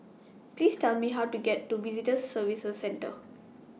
Please Tell Me How to get to Visitor Services Centre